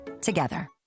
together